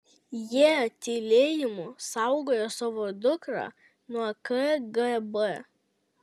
jie tylėjimu saugojo savo dukrą nuo kgb